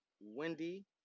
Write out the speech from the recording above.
Wendy